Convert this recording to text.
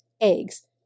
eggs